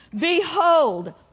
Behold